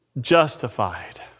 justified